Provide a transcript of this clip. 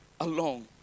alone